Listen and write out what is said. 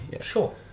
Sure